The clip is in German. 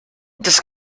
das